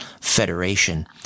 Federation